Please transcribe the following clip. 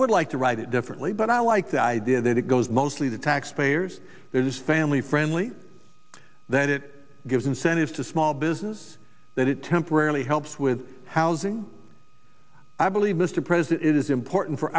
would like to write it differently but i like the idea that it goes mostly to taxpayers there's family friendly that it gives incentive to small business that it temporarily helps with housing i believe mr president it is important for